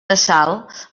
assalt